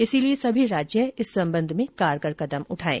इसलिए सभी राज्य इस संबंध में कारगर कदम उठाएं